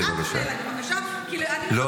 אז אל תפנה אליי, בבקשה, כי אני מכבדת.